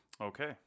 Okay